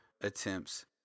attempts